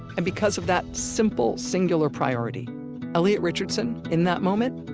and because of that simple, singular priority elliot richardson, in that moment.